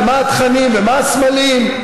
ומה התכנים ומה הסמלים.